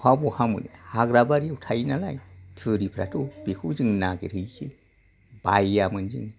फा बहा मोननो हाग्राबारियाव थायो नालाय थुरिफ्राथ' बेखौ जों नागिरहैयो बायामोन जों